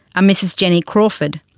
a mrs jenny crawford,